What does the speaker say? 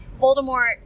Voldemort